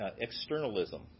externalism